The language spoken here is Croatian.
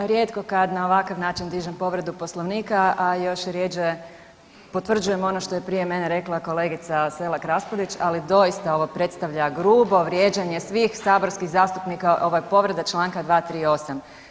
Rijetko kad na ovakav način dižem povredu poslovnika, a još rjeđe potvrđujem ono što je prije mene rekla kolegica Selak Raspudić, ali doista ovo predstavlja grubo vrijeđanje svih saborskih zastupnika, ovo je povreda čl. 238.